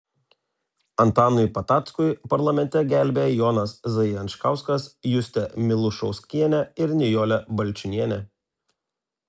antanui patackui parlamente gelbėja jonas zajančkauskas justė milušauskienė ir nijolė balčiūnienė